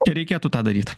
tereikėtų tą daryt